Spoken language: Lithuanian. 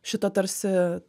šito tarsi